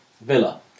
Villa